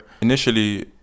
Initially